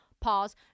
pause